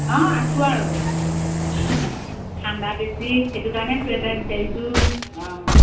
অঁ আছোঁ আৰু ঠাণ্ডা বেছি সেইটো কাৰণে ছুৱেটাৰ বিচাৰিছোঁ অঁ